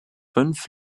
fünf